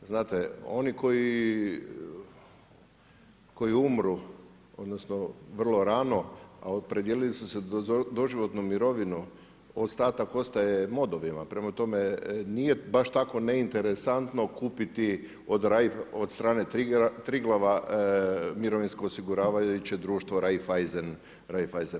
Znate oni koji umru, odnosno vrlo rano a opredijelili su se da doživotnu mirovinu, ostatak ostaje modovima, prema tome nije baš tako neinteresantno kupiti od strane Triglava mirovinsko osiguravajuće društvo Raiffeisen.